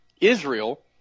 Israel